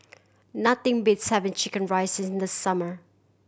nothing beats having chicken rice in the summer